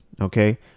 okay